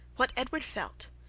what edward felt,